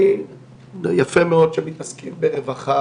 יפה מאוד שמתעסקים ברווחה,